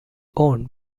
owned